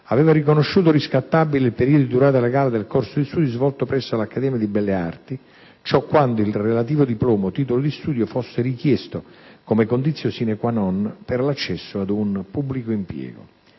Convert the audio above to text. aveva riconosciuto riscattabile il periodo di durata legale del corso di studi svolto presso l'Accademia di belle arti, ciò quando il relativo diploma o titolo di studio fosse richiesto come *condicio sine qua non* per l'accesso ad un pubblico impiego.